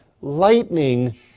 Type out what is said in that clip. lightning